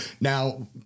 now